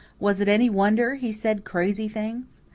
was it any wonder he said crazy things?